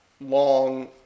long